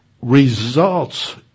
results